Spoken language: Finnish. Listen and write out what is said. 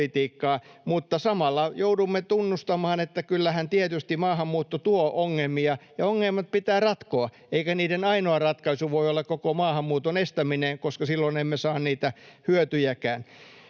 Mutta samalla joudumme tunnustamaan, että kyllähän tietysti maahanmuutto tuo ongelmia. Ongelmat pitää ratkoa, eikä niiden ainoa ratkaisu voi olla koko maahanmuuton estäminen, koska silloin emme saa niitä hyötyjäkään.